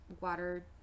water